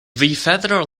federal